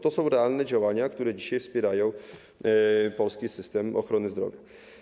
To realne działania, które dzisiaj wspierają polski system ochrony zdrowia.